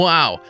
Wow